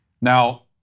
Now